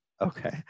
Okay